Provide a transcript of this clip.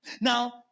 now